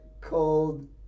called